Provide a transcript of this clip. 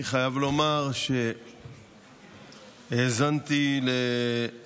אני חייב לומר שהאזנתי לדבריו,